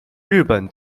日本